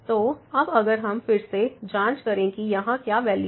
तो अब अगर हम फिर से जाँच करें कि यहाँ क्या वैल्यू है